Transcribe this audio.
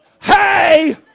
Hey